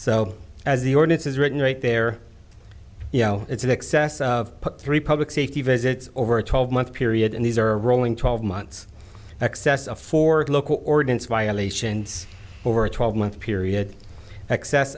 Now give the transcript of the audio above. so as the ordinance is written right there you know it's in excess of three public safety visits over a twelve month period and these are rolling twelve months excess of four local ordinance violations over a twelve month period excess